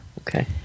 okay